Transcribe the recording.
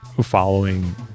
following